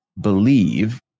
believe